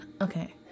Okay